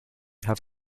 have